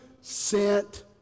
sent